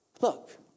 Look